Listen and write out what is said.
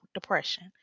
depression